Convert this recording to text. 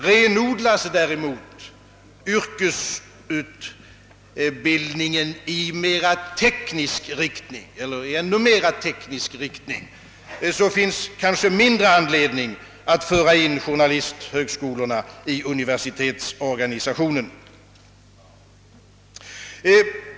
Renodlas däremot Yyrkesutbildningen i ännu mera teknisk riktning, finns kanske mindre anledning att föra in journalisthögskolorna i universitetsorganisationen.